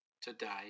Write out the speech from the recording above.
today